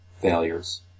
failures